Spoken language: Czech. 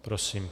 Prosím.